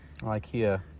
ikea